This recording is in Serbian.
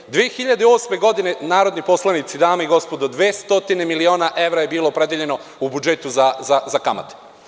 Godine 2008, narodni poslanici, dame i gospodo, 200 miliona evra je bilo opredeljeno u budžetu za kamate.